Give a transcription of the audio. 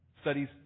Studies